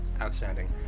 outstanding